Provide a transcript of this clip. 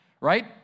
Right